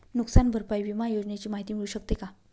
नुकसान भरपाई विमा योजनेची माहिती मिळू शकते का?